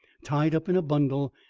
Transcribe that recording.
tied up in a bundle,